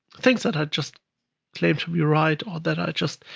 things that i just claim to be right or that i just